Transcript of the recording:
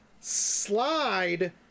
slide